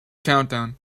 countdown